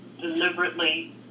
deliberately